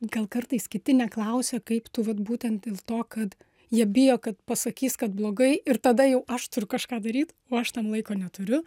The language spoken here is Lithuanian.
gal kartais kiti neklausia kaip tu vat būtent dėl to kad jie bijo kad pasakys kad blogai ir tada jau aš turiu kažką daryt o aš tam laiko neturiu